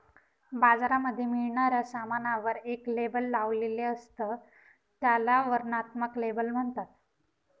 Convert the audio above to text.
बाजारामध्ये मिळणाऱ्या सामानावर एक लेबल लावलेले असत, त्याला वर्णनात्मक लेबल म्हणतात